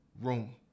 room